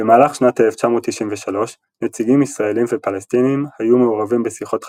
במהלך שנת 1993 נציגים ישראלים ופלסטינים היו מעורבים בשיחות חשאיות,